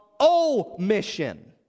omission